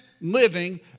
living